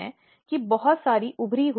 इसलिए हमारे लिए यह समझना बहुत जरूरी है